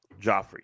Joffrey